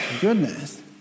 goodness